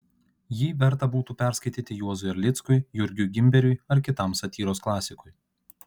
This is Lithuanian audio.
jį verta būtų perskaityti juozui erlickui jurgiui gimberiui ar kitam satyros klasikui